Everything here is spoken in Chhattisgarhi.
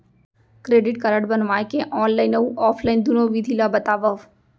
क्रेडिट कारड बनवाए के ऑनलाइन अऊ ऑफलाइन दुनो विधि ला बतावव?